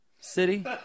city